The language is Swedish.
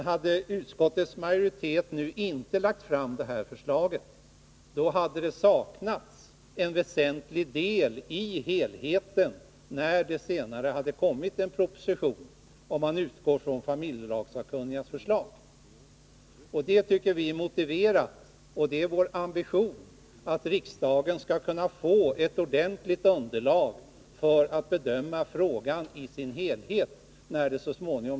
Hade utskottets majoritet nu inte lagt fram det här förslaget, hade det saknats en väsentlig del i helhetsbilden, när det senare kommer en proposition — om man utgår från familjelagssakkunnigas förslag. Vi tycker det är motiverat — och det är också vår ambition — att riksdagen skall kunna få ett ordentligt underlag för att bedöma frågan i dess helhet. Martin Olsson!